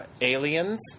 Aliens